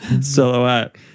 Silhouette